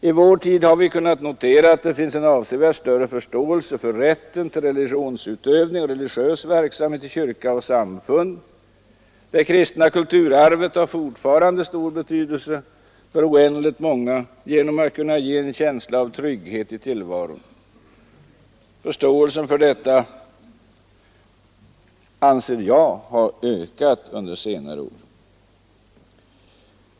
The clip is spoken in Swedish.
I vår tid har vi kunnat notera att det finns en avsevärt större förståelse för rätten till religionsutövning och religiös verksamhet i kyrka och samfund. Det kristna kulturarvet har fortfarande stor betydelse för oändligt många genom att ge en känsla av trygghet i tillvaron. Förståelsen för detta anser jag har ökat under senare år.